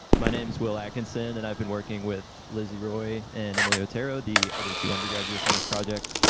my name is will atkinson and i've been working with lizzy roy and emily otero, the other two undergraduates on this project,